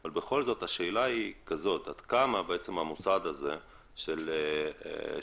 אבל בכל זאת השאלה היא עד כמה המוסד הזה של פתרון